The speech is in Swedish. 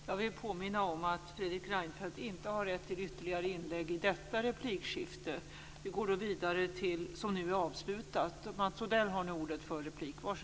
Jag vill påminna om att Fredrik Reinfeldt inte har rätt till ytterligare inlägg i detta replikskifte, som nu är avslutat. Vi går nu vidare.